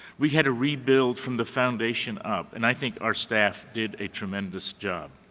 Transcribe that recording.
we had to rebuild from the foundation up. and i think our staff did a tremendous job.